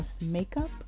makeup